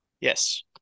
Yes